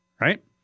Right